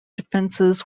defences